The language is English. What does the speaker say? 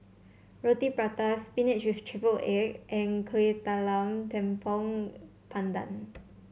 Roti Prata spinach with triple egg and Kueh Talam Tepong Pandan